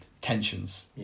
tensions